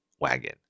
Wagon